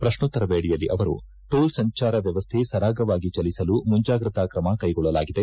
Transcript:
ಪ್ರಕ್ನೋತ್ತರ ವೇಳೆಯಲ್ಲಿ ಅವರು ಟೋಲ್ ಸಂಚಾರ ವ್ಯವಸ್ಥೆ ಸರಾಗವಾಗಿ ಚಲಿಸಲು ಮುಂಚಾಗ್ರತ ತ್ರಮ ಕೈಗೊಳ್ಳಲಾಗಿದೆ